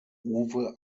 uwe